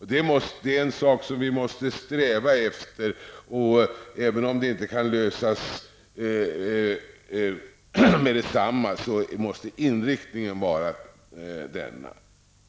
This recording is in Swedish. Det är någonting som vi måste eftersträva. Även om frågan inte kan lösas med detsamma, måste inriktningen vara den.